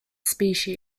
species